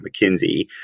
mckinsey